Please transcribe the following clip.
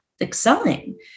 excelling